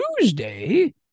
Tuesday